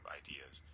ideas